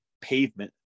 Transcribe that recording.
pavement